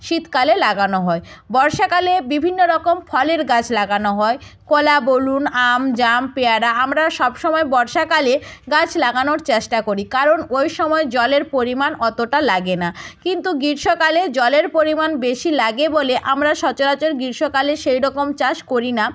শীতকালে লাগানো হয় বর্ষাকালে বিভিন্ন রকম ফলের গাছ লাগানো হয় কলা বলুন আম জাম পেয়ারা আমরা সব সময় বর্ষাকালে গাছ লাগানোর চেষ্টা করি কারণ ওই সময় জলের পরিমাণ অতটা লাগে না কিন্তু গীরষ্মকালে জলের পরিমাণ বেশি লাগে বলে আমরা সচরাচর গীরষ্মকালে সেই রকম চাষ করি না